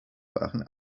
waren